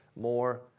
more